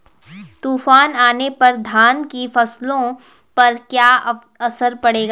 तूफान आने पर धान की फसलों पर क्या असर पड़ेगा?